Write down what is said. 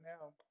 now